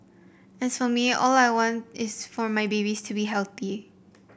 as for me all I want is for my babies to be healthy